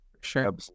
Sure